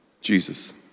Jesus